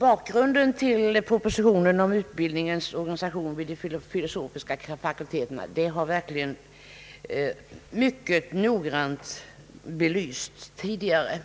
Bakgrunden till propositionen om organisationen av utbildningen vid filosofisk fakultet har verkligen belysts mycket noggrant tidigare.